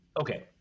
Okay